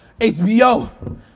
HBO